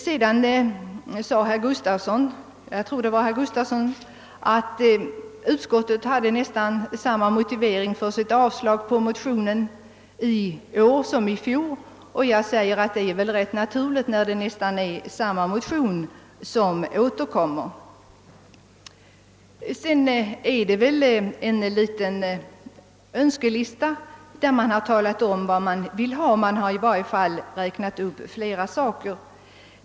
Sedan sade herr Gustavsson — jag tror att det var han — att utskottet hade nästan samma motivering för sitt avslag på motionen i år som i fjol. Det är väl rätt naturligt när det är nästan samma motion som återkommer. Därefter kommer en liten önskelista, där man har räknat upp flera åtgärder som man vill få genomförda.